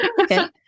okay